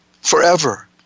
forever